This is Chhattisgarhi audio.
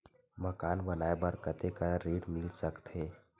मकान बनाये बर कतेकन ऋण मिल सकथे?